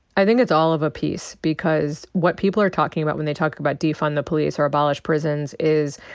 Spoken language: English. i think it's all of a piece. because what people are talking about when they talk about defund the police or abolish prisons is,